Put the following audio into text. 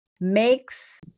makes